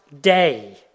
day